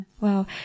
Wow